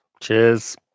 Cheers